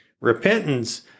Repentance